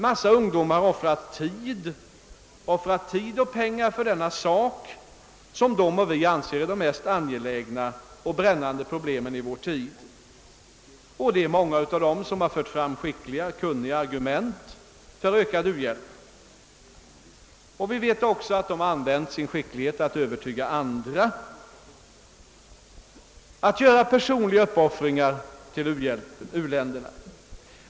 Många ungdomar offrar också tid och pengar för den sak, som de och vi anser vara ett av de mest angelägna och brännande problemen i vår tid. Många har också fört fram goda argument för ökad u-hjälp och med skicklighet försökt övertyga andra och stimulera dem till personliga uppoffringar för u-länderna.